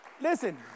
Listen